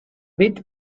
bit